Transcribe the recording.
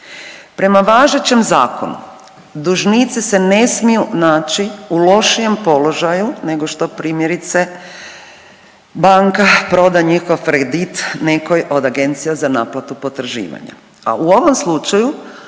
Prema važećem zakonu dužnici se ne smiju naći u lošijem položaju nego što primjerice banka proda njihov kredit nekoj od agencija za naplatu potraživanja,